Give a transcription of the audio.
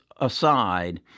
aside